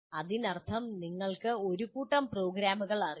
അതിനർത്ഥം നിങ്ങൾക്ക് ഒരു കൂട്ടം പ്രോഗ്രാമുകൾ അറിയാം